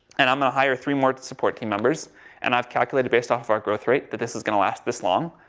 and i'm going to hire three more support team members and i've calculated based off our growth rate that this is going to last this long.